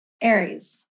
Aries